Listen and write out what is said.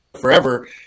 Forever